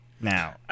Now